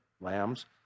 Lamb's